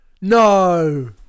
No